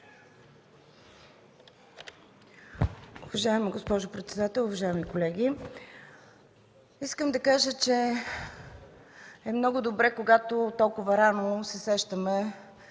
Уважаема госпожо председател, уважаеми колеги! Искам да кажа, че е много добре когато толкова рано се сещаме